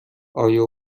آیا